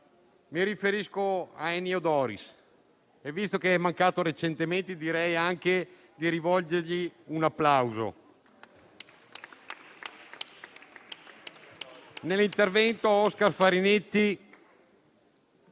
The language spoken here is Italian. Mi riferisco a Ennio Doris, e, visto che è mancato recentemente, direi anche di rivolgergli un applauso.